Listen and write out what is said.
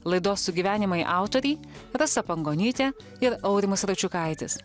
laidos sugyvenimai autoriai rasa pangonytė ir aurimas račiukaitis